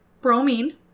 bromine